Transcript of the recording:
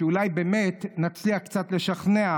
שאולי באמת נצליח קצת לשכנע,